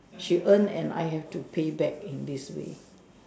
she earned and I have to pay back in this way